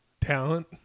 talent